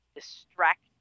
distract